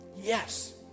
yes